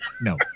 No